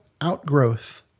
outgrowth